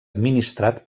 administrat